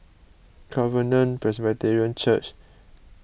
Covenant Presbyterian Church Jalan Merbok and Desker Road